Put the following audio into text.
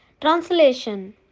Translation